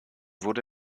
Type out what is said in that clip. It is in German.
wurde